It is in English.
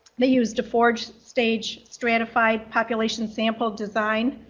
they used a four stage stratified population sample design.